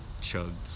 chugged